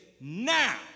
now